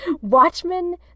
Watchmen